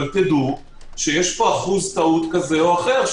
אבל תדעו שיש פה אחוז טעות כזה או אחר,